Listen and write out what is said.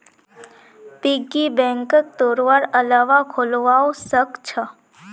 piggy बैंकक तोडवार अलावा खोलवाओ सख छ